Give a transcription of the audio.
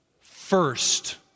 First